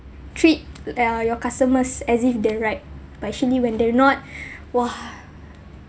treat uh your customers as if they're right but actually when they're not !wah!